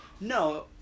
No